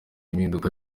impinduka